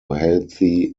healthy